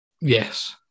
yes